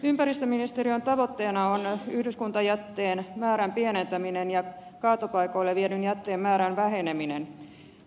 ympäristöministeriön tavoitteena on yhdyskuntajätteen määrän pienentäminen ja kaatopaikoille viedyn jätteen määrän väheneminen